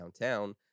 downtown